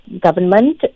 government